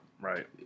right